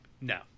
No